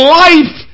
life